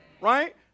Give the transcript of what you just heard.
Right